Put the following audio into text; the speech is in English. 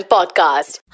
Podcast